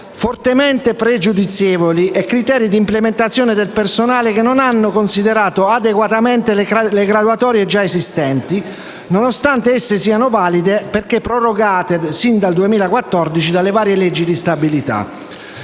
fortemente pregiudizievoli e criteri di implementazione del personale che non hanno considerato adeguatamente le graduatorie già esistenti, nonostante esse siano valide, perché prorogate sin dal 2014 dalle varie leggi di stabilità.